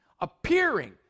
appearing